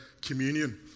communion